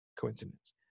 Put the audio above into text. coincidence